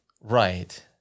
Right